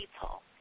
people